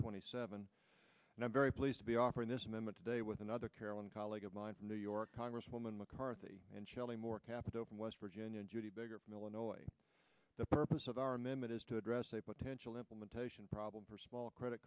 twenty seven and i'm very pleased to be offered this memo today with another carolyn colleague of mine new york congresswoman mccarthy and shelley moore capital from west virginia judy biggert from illinois the purpose of our amendment is to address a potential implementation problem for small credit